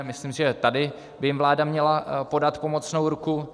Myslím si, že tady by jim vláda měla podat pomocnou ruku.